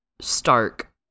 stark